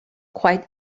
quite